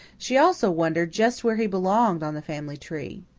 she also wondered just where he belonged on the family tree.